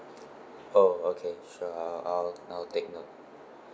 oh okay sure I'll I'll I'll take note